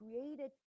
created